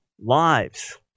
lives